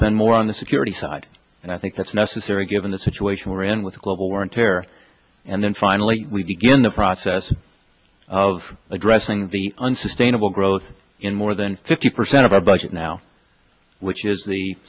spend more on the security side and i think that's necessary given the situation we're in with the global war on terror and then finally we begin the process of addressing the unsustainable growth in more than fifty percent of our budget now which is the